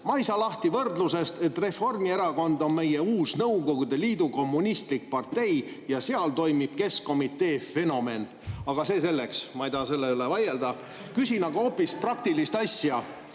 "Ma ei saa lahti võrdlusest, et Reformierakond on meie uus Nõukogude Liidu kommunistlik partei ja keskkomitee fenomen seal toimib." Aga see selleks, ma ei taha selle üle vaielda. Küsin hoopis praktilist asja.